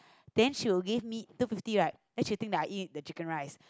then she will give me two fifty right and she think that I eat the chicken rice